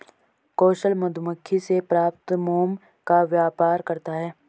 कौशल मधुमक्खी से प्राप्त मोम का व्यापार करता है